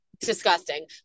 disgusting